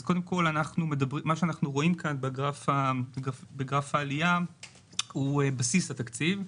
מה שאנחנו רואים כאן בגרף העלייה הוא בסיס התקציב.